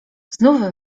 znów